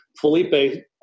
Felipe